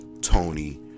tony